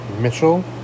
Mitchell